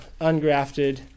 ungrafted